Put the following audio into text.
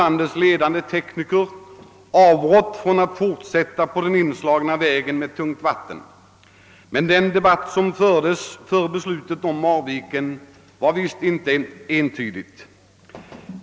landets ledande tekniker avrådde från att fortsätta på den inslagna vägen med tungt vatten, men den debatt som fördes före beslutet om Marviken var visst inte entydig.